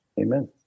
Amen